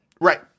Right